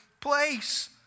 place